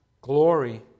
glory